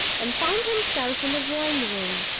and found himself in the drawing-room.